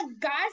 guys